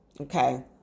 okay